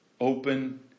open